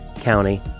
county